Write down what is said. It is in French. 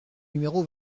numéro